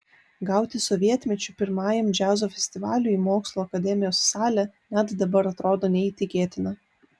gauti sovietmečiu pirmajam džiazo festivaliui mokslų akademijos salę net dabar atrodo neįtikėtina